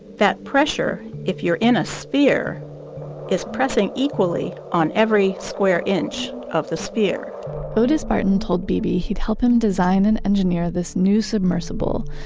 that pressure if you're in a sphere it's pressing equally on every square inch of the sphere otis barton told beebe he'd help him design and engineer this new submersible,